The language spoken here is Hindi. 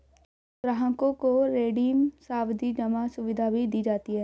ग्राहकों को रिडीम सावधी जमा सुविधा भी दी जाती है